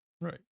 Right